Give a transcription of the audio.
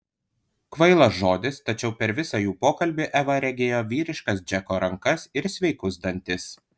kvailas žodis tačiau per visą jų pokalbį eva regėjo vyriškas džeko rankas ir sveikus dantis